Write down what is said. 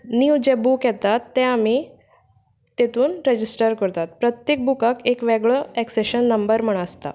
नीव जे बूक येतात ते आमी तेतून रेजिस्टर करतात प्रत्येक बुकाक एक वेगळो एक्सेशन नंबर म्हण आसता